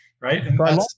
Right